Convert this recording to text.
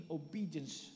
obedience